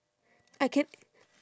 I can~